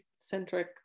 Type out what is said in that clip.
centric